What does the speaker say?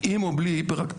עם או בלי היפראקטיביות,